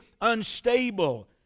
unstable